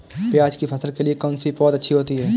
प्याज़ की फसल के लिए कौनसी पौद अच्छी होती है?